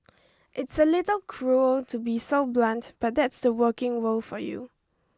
it's a little cruel to be so blunt but that's the working world for you